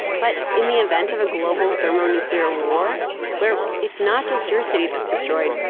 but in the event of a global thermonuclear war where it's not just your city that's destroyed,